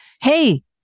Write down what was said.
Hey